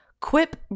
Quip